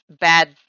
bad